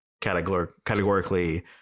categorically